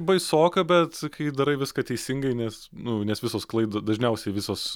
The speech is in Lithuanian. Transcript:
baisoka bet kai darai viską teisingai nes nu nes visos klaidos dažniausiai visos